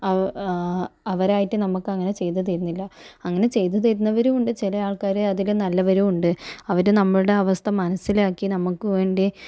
അവ് അവരായിട്ട് നമുക്കങ്ങനെ ചെയ്ത് തരുന്നില്ല അങ്ങനെ ചെയ്തു തരുന്നവരും ഉണ്ട് ചില ആൾക്കാർ അതിൽ നല്ലവരുമുണ്ട് അവർ നമ്മുടെ അവസ്ഥ മനസ്സിലാക്കി നമുക്ക് വേണ്ടി